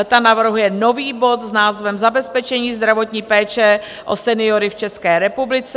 Ta navrhuje nový bod s názvem Zabezpečení zdravotní péče o seniory v České republice.